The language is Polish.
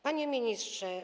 Panie Ministrze!